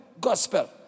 gospel